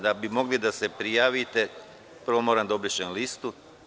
Da biste mogli da se prijavite, prvo moram da obrišem listu.